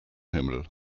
himmel